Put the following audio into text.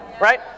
right